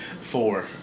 Four